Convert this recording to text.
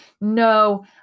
No